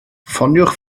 ffoniwch